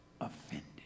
offended